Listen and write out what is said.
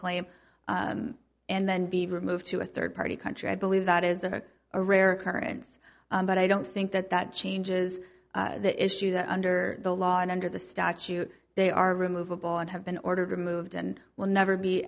claim and then be removed to a third party country i believe that is a a rare occurrence but i don't think that that changes the issue that under the law and under the statute they are removable and have been ordered removed and will never be